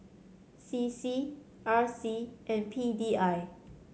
C C R C and P D I